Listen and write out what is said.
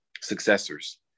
successors